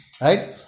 Right